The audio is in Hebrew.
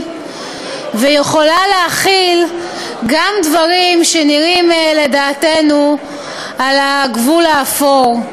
ויכולה להכיל גם דברים שנראים לדעתנו על הגבול האפור.